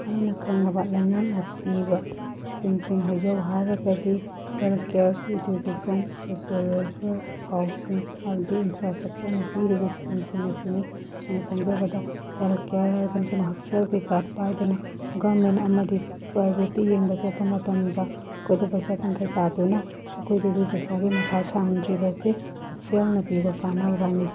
ꯑꯩꯅ ꯈꯪꯂꯕ ꯂꯩꯉꯥꯛꯅ ꯄꯤꯕ ꯁ꯭ꯀꯤꯝꯁꯤꯡ ꯍꯥꯏꯖꯧ ꯍꯥꯏꯔꯒꯗꯤ health care education social welfare housing ꯍꯥꯏꯕꯗꯤ ꯏꯟꯐ꯭ꯔꯥꯏꯁꯇ꯭ꯔꯛꯆꯔꯅ ꯄꯤꯔꯤꯕ ꯁ꯭ꯀꯤꯝꯁꯤꯡ ꯑꯁꯤꯅꯤ ꯑꯩꯅ ꯈꯪꯖꯕꯗ ꯍꯦꯜꯠ ꯀꯤꯌꯥꯔ ꯍꯥꯏꯔꯒꯅ ꯑꯩꯈꯣꯏꯅ ꯍꯛꯁꯦꯜꯒꯤ ꯀꯥꯠ ꯄꯥꯏꯗꯅ ꯒꯃꯦꯟ ꯑꯃꯗꯤ ꯄ꯭ꯔꯥꯏꯕꯦꯠꯇ ꯌꯦꯡꯕ ꯆꯠꯄ ꯃꯇꯝꯗ ꯑꯩꯈꯣꯏꯗ ꯄꯩꯁꯥ ꯇꯪꯈꯥꯏ ꯇꯥꯗꯨꯅ ꯑꯩꯈꯣꯏꯗꯒꯤ ꯄꯩꯁꯥꯒꯤ ꯃꯊꯥ ꯁꯥꯍꯟꯗ꯭ꯔꯤꯕ ꯑꯁꯦ ꯍꯛꯁꯦꯜꯅ ꯄꯤꯕ ꯀꯥꯟꯅꯕꯅꯤ